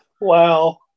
Wow